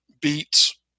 beets